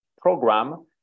program